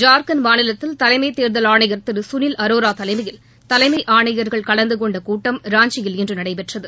ஜார்கண்ட் மாநிலத்தில் தலைமைத்தேர்தல் ஆணையர் திரு கனில் அரோரா தலைமையில் தலைமை ஆணையர்கள் கலந்துகொண்ட கூட்டம் ராஞ்சியில் இன்று நடைபெற்றது